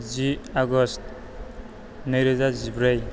जि आगस्त नै रोजा जिब्रै